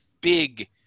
big